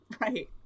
Right